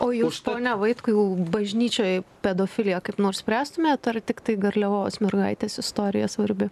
o jūs ponia vaitkau bažnyčioje pedofiliją kaip nors spręstumėt ar tiktai garliavos mergaitės istorija svarbi